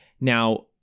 Now